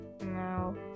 no